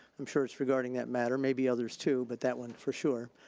i'm sure it's regarding that matter. maybe others too but that one for sure.